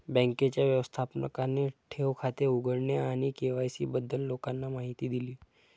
बँकेच्या व्यवस्थापकाने ठेव खाते उघडणे आणि के.वाय.सी बद्दल लोकांना माहिती दिली